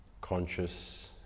conscious